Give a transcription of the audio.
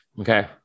Okay